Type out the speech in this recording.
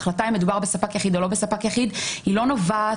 ההחלטה אם מדובר בספק יחיד או לא בספק יחיד, בעצם,